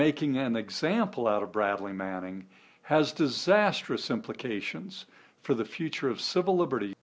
making an example out of bradley manning has disastrous implications for the future of civil libert